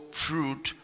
fruit